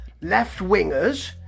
left-wingers